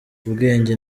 ubwenge